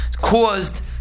caused